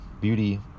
beauty